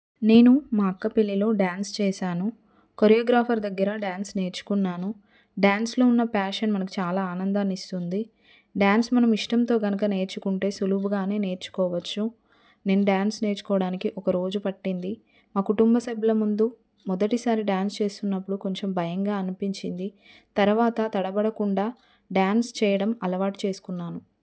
నేను మా అక్క పెళ్ళిలో డ్యాన్స్ చేశాను కొరియోగ్రాఫర్ దగ్గర డ్యాన్స్ నేర్చుకున్నాను డ్యాన్స్లో ఉన్న ప్యాషన్ మనకు చాలా ఆనందాన్నిస్తుంది డ్యాన్స్ మనం ఇష్టంతో గనుక నేర్చుకుంటే సులువుగానే నేర్చుకోవచ్చు నేను డ్యాన్స్ నేర్చుకోవడానికి ఒక రోజు పట్టింది మా కుటుంబ సభ్యుల ముందు మొదటిసారి డ్యాన్స్ చేస్తున్నప్పుడు కొంచెం భయంగా అనిపించింది తర్వాత తడబడకుండా డ్యాన్స్ చేయడం అలవాటు చేసుకున్నాను